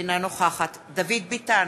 אינה נוכחת דוד ביטן,